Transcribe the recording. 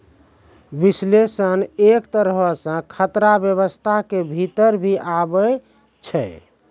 विश्लेषण एक तरहो से खतरा व्यवस्था के भीतर भी आबै छै